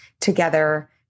together